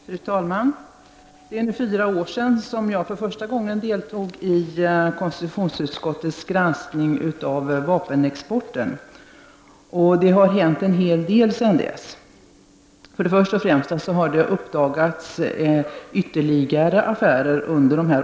Fru talman! Det är nu fyra år sedan jag för första gången deltog i konstitutionsutskottets granskning av vapenexporten. Det har hänt en hel del sedan dess. Först och främst har det uppdagats ytterligare affärer under åren.